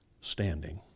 standing